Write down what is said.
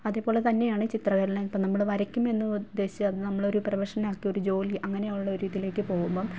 അതേപോലെ തന്നെയാണ് ചിത്രകലനം ഇപ്പം നമ്മൾ വരക്കുമ്മതെന്ന് ഉദ്ദേശിച്ച് അത് നമ്മളൊരു പ്രൊഫഷനാക്കി ഒരു ജോലി അങ്ങനെയുള്ള ഒരു ഇതിലേക്ക് പോകുമ്പം